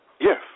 Yes